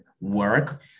work